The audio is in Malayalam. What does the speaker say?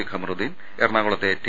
ഖമറുദ്ദീൻ എറണാകുളത്തെ ടി